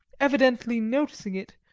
evidently noticing it,